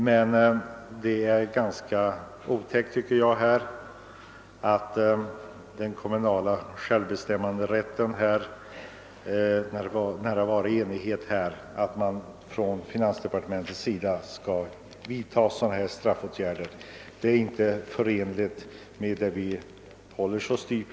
Men jag tycker att det från den kommunala självbestämmanderättens synpunkt är otäckt att finansdepartementet skall kunna vidta sådana här straffåtgärder trots att det rått enighet om besluten inom kommunen och besluten vunnit laga kraft.